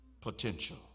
potential